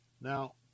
now